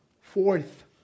fourth